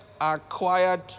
acquired